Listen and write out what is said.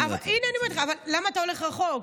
אבל למה אתה הולך רחוק?